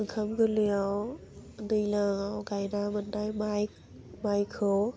ओंखाम गोरलैयाव दैलाङाव गायना मोन्नाय माइ माइखौ